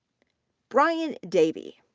brian davy,